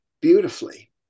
beautifully